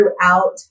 throughout